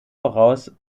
voraus